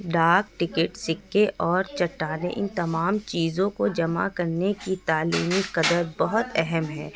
ڈاک ٹکٹ سکے اور چٹانیں ان تمام چیزوں کو جمع کرنے کی تعلیمی قدر بہت اہم ہے